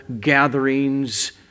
Gatherings